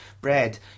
bread